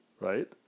Right